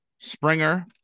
Springer